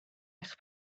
eich